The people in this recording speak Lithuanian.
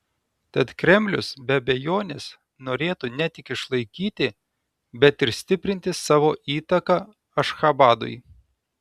tad kremlius be abejonės norėtų ne tik išlaikyti bet ir stiprinti savo įtaką ašchabadui